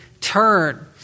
turn